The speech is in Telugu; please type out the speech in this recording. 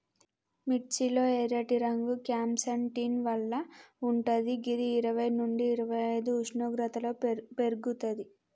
మిర్చి లో ఎర్రటి రంగు క్యాంప్సాంటిన్ వల్ల వుంటది గిది ఇరవై నుండి ఇరవైఐదు ఉష్ణోగ్రతలో పెర్గుతది